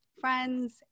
friends